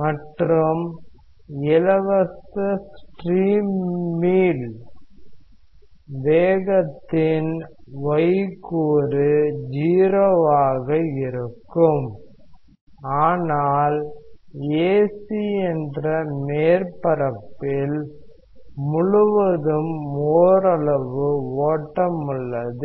மற்றும் இலவச ஸ்ட்ரீமில் வேகத்தின் y கூறு 0 ஆகும் ஆனால் AC என்ற மேற்பரப்பில் முழுவதும் ஓரளவு ஓட்டம் உள்ளது